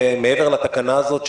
שמעבר לתקנה הזאת,